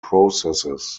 processes